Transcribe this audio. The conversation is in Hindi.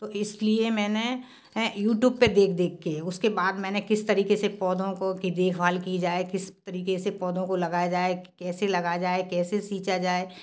तो इस लिए मैंने यूटूब पर देख देख कर उसके बाद मैंने किस तरीक़े से पौधों को की देखभाल की जाए किस तरीक़े से पौधों को लगाया जाए कैसे लगाया जाए कैसे सींचा जाए